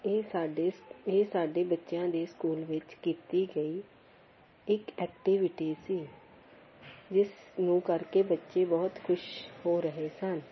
ਇਹ ਸਾਡੇ ਇਹ ਸਾਡੇ ਬੱਚਿਆਂ ਦੇ ਸਕੂਲ ਵਿੱਚ ਕੀਤੀ ਗਈ ਇੱਕ ਐਕਟੀਵਿਟੀ ਸੀ ਜਿਸ ਨੂੰ ਕਰਕੇ ਬੱਚੇ ਬਹੁਤ ਖੁਸ਼ ਹੋ ਰਹੇ ਸਨ